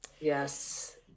yes